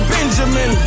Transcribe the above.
Benjamin